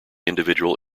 individual